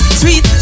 sweet